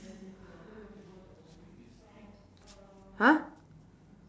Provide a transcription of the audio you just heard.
!huh!